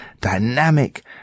dynamic